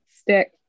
stick